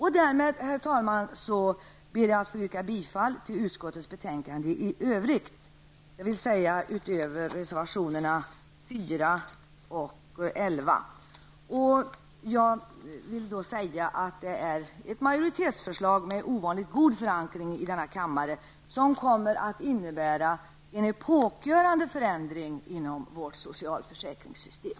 Herr talman! Därmed ber jag att få yrka bifall till hemställan i utskottets betänkande i övrigt, dvs. till det som inte tas upp i reservationerna 4 och 11. Jag vill säga att detta är ett majoritetsförslag med ovanligt god förankring i denna kammare som kommer att innebära en epokgörande förändring inom vårt socialförsäkringssystem.